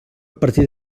partir